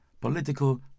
Political